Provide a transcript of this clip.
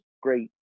great